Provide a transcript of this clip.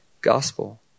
gospel